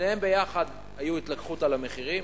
שניהם יחד היו התלקחות, על המחירים.